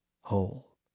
whole